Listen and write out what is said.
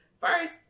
first